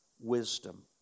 wisdom